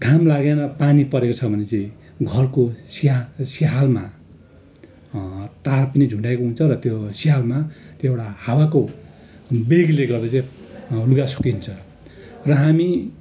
घाम लागेन पानी परेको छ भने चाहिँ घरको स्या सियाँलमा तार पनि झुण्डाएको हुन्छ र त्यो सियाँल त्यो एउटा हावाको वेगले गर्दा चाहिँ लुगा सुकिन्छ र हामी